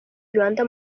rwanda